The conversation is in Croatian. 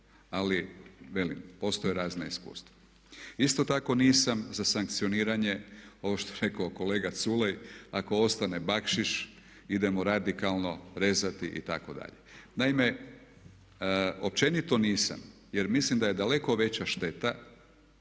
ali velim, postoje razna iskustva. Isto tako nisam za sankcioniranje ovo što je rekao kolega Culej ako ostane bakšiš idemo radikalno rezati itd. naime, općenito nisam jer mislim da je daleko veća šteta